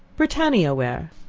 britannia ware.